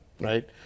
right